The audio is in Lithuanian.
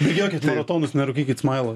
bėgiokit maratonus nerūkykit muilo